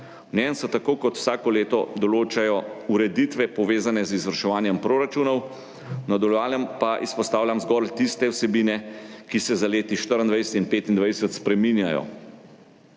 njem se tako kot vsako leto določajo ureditve, povezane z izvrševanjem proračunov, v nadaljevanju pa izpostavljam zgolj tiste vsebine, ki se za leti 2024 in 2025 spreminjajo.